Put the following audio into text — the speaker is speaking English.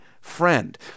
friend